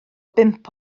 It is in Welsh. bump